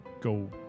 go